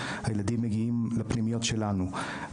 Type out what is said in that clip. הילדים מגיעים לפנימיות שלנו.